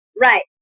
Right